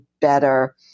better